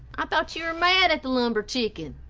i thought you were mad at the lumber chicken.